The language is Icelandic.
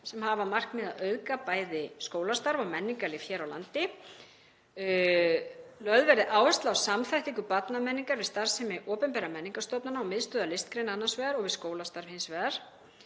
sem hafa að markmiði að auðga bæði skólastarf og menningarlíf hér á landi. Lögð verði áhersla á samþættingu barnamenningar við starfsemi opinberra menningarstofnana og miðstöðvar listgreina annars vegar og við skólastarf hins vegar.